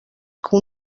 que